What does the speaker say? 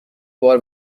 بار